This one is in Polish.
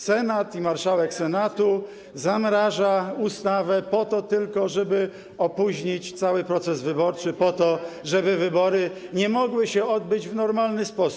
Senat i marszałek Senatu zamrażają ustawę po to tylko, żeby opóźnić cały proces wyborczy, po to, żeby wybory nie mogły się odbyć w normalny sposób.